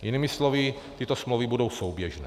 Jinými slovy, tyto smlouvy budou souběžné.